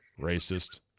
Racist